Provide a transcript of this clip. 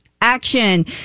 action